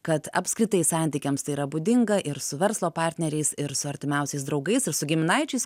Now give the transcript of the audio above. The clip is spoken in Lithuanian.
kad apskritai santykiams tai yra būdinga ir su verslo partneriais ir su artimiausiais draugais ir su giminaičiais